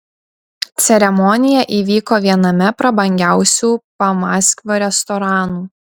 ceremonija įvyko viename prabangiausių pamaskvio restoranų